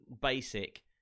basic